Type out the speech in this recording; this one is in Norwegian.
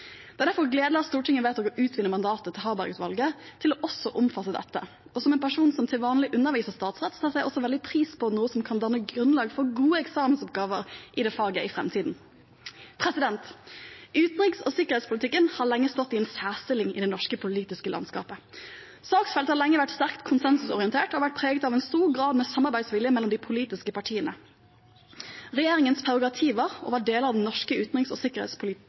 Det er derfor gledelig at Stortinget vedtok å utvide mandatet til Harberg-utvalget til også å omfatte dette. Som en person som til vanlig underviser statsrett, setter jeg også veldig pris på noe som kan danne grunnlag for gode eksamensoppgaver i det faget i framtiden. Utenriks- og sikkerhetspolitikken har lenge stått i en særstilling i det norske politiske landskapet. Saksfeltet har lenge vært sterkt konsensusorientert og har vært preget av en stor grad av samarbeidsvilje mellom de politiske partiene. Regjeringens prerogativer over deler av den norske utenriks- og